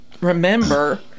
remember